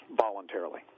voluntarily